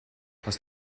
hast